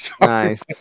Nice